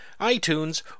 iTunes